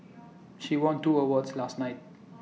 she won two awards last night